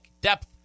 depth